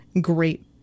great